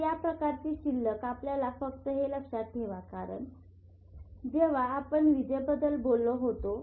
तर या प्रकारची शिल्लक आपल्याला फक्त हे लक्षात ठेवा कारण जेव्हा आपण विजेबद्दल बोललो होतो